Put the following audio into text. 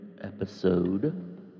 episode